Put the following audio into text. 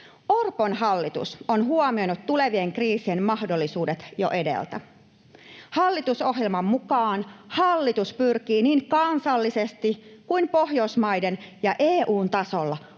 Orpon hallitus on huomioinut tulevien kriisien mahdollisuudet jo edeltä. Hallitusohjelman mukaan hallitus pyrkii niin kansallisesti kuin Pohjoismaiden ja EU:n tasolla